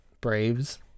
Braves